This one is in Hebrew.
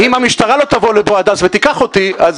אם המשטרה לא תבוא לפה עד אז ותיקח אותי אז